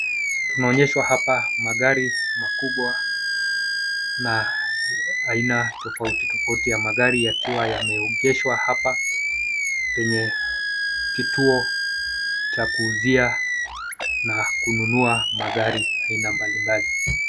Tunaonyeshwa hapa magari makubwa na aina tofauti tofauti ya magari yakiwa yameegeshwa hapa penye kituo cha kuuzia na kununua magari aina mbali mbali.